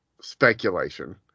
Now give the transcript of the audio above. speculation